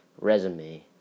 resume